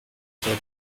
cya